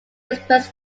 express